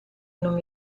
non